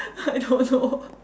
I don't know